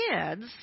kids